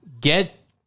get